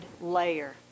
layer